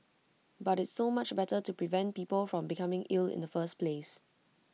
but it's so much better to prevent people from becoming ill in the first place